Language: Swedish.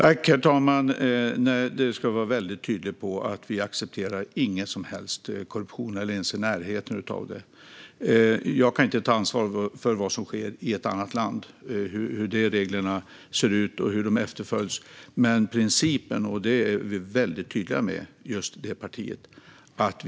Herr talman! Nej, det ska jag vara väldigt tydlig med. Vi accepterar ingen som helst korruption, inte ens något i närheten av det. Jag kan inte ta ansvar för vad som sker i ett annat land, hur de reglerna ser ut och hur de efterföljs. Men principen är vi väldigt tydliga med just i fråga om det partiet.